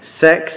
sex